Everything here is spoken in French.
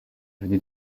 venait